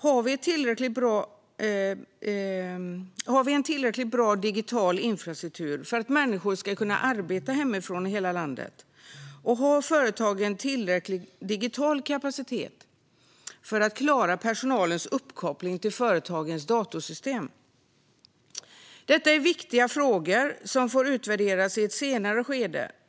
Har vi en tillräckligt bra digital infrastruktur för att människor ska kunna arbeta hemifrån i hela landet, och har företagen tillräcklig digital kapacitet för att klara personalens uppkoppling till företagens datorsystem? Detta är viktiga frågor som får utvärderas i ett senare skede.